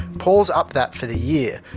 paul's up that for the year.